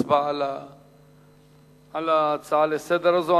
אין הצבעה על ההצעה לסדר-היום הזאת.